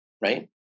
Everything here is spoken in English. right